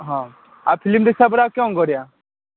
ହଁ ଆଉ ଫିଲ୍ମ ଦେଖିସାରିଲା ପରେ ଆଉ କ'ଣ କରିବା